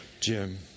Jim